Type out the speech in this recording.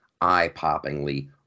eye-poppingly